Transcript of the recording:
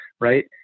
right